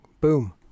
Boom